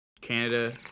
Canada